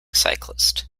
cyclist